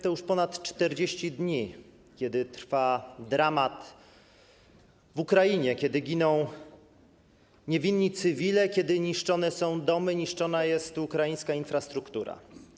To już ponad 40 dni, kiedy trwa dramat w Ukrainie, kiedy giną niewinni cywile, kiedy niszczone są domy, niszczona jest ukraińska infrastruktura.